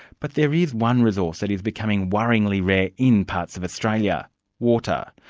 but there is one resource that is becoming worryingly rare in parts of australia water.